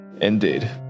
Indeed